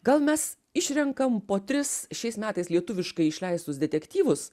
gal mes išrenkam po tris šiais metais lietuviškai išleistus detektyvus